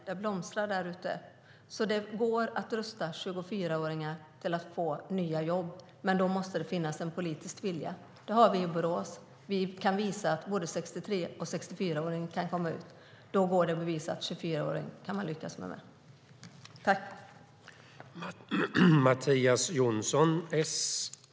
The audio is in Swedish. Det går att rusta 24-åringar till att få nya jobb, men då måste det finnas en politisk vilja. Det har vi i Borås. Vi kan visa att både 63 och 64-åringar kan komma i arbete. Då går det att bevisa att man kan lyckas med även 24-åringar.